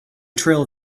trail